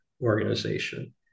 organization